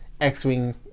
X-Wing